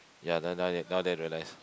ya then now then now then realise